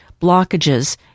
blockages